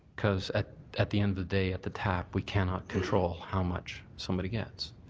because at at the end of the day, at the tap we cannot control how much somebody gets.